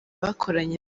bakoranye